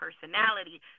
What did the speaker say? personality